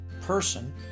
person